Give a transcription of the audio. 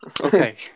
Okay